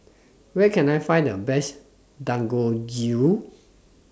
Where Can I Find The Best Dangojiru